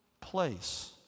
place